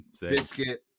Biscuit